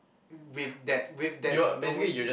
with that with that knowing